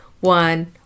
one